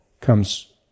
comes